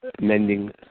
Mending